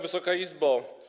Wysoka Izbo!